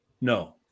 No